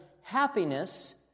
happiness